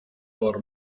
por